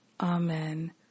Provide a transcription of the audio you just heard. amen